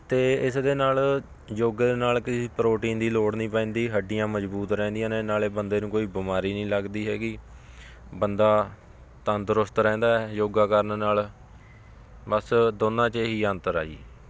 ਅਤੇ ਇਸ ਦੇ ਨਾਲ ਯੋਗੇ ਦੇ ਨਾਲ ਤੁਸੀਂ ਪ੍ਰੋਟੀਨ ਦੀ ਲੋੜ ਨਹੀਂ ਪੈਂਦੀ ਹੱਡੀਆਂ ਮਜ਼ਬੂਤ ਰਹਿੰਦੀਆਂ ਨੇ ਨਾਲੇ ਬੰਦੇ ਨੂੰ ਕੋਈ ਬਿਮਾਰੀ ਨਹੀਂ ਲੱਗਦੀ ਹੈਗੀ ਬੰਦਾ ਤੰਦਰੁਸਤ ਰਹਿੰਦਾ ਯੋਗਾ ਕਰਨ ਨਾਲ ਬਸ ਦੋਨਾਂ 'ਚ ਇਹੀ ਅੰਤਰ ਆ ਜੀ